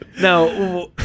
Now